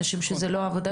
אנשים שזה לא העבודה שלהם,